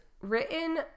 written